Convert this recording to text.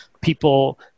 people